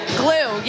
glue